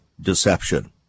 Deception